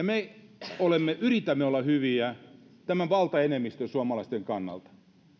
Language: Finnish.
me yritämme olla hyviä tämän suomalaisten valtaenemmistön kannalta